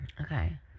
Okay